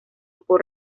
por